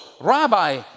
Rabbi